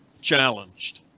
challenged